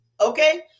okay